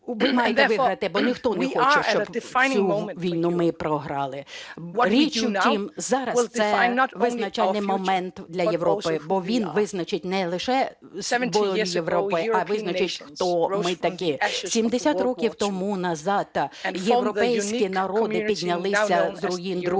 Ви маєте виграти, бо ніхто не хоче, щоб цю війну ми програли. Річ в тім, зараз це визначальний момент для Європи, бо він визначить не лише волю Європи, а визначить, хто ми такі. 70 років тому назад європейські народи піднялися з руїн Другої